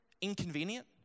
inconvenient